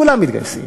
כולם מתגייסים.